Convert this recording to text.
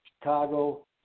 Chicago